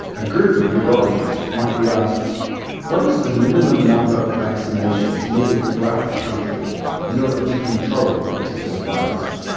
a group of virologists might be asked what is the minimum number of vaccinations needed throughout the country in order to control a particular virus.